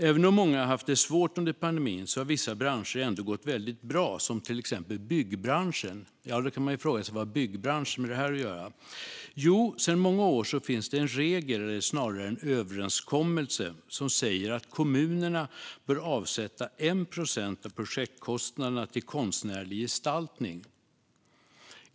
Även om många har haft det svårt under pandemin har vissa branscher ändå gått väldigt bra, till exempel byggbranschen. Vad har då byggbranschen med detta att göra, kan man fråga sig. Jo, sedan många år finns det en regel, eller snarare en överenskommelse, som säger att kommunerna bör avsätta 1 procent av projektkostnaderna till konstnärlig gestaltning.